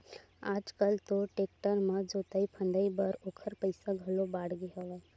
आज कल तो टेक्टर म जोतई फंदई बर ओखर पइसा घलो बाड़गे हवय